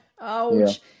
Ouch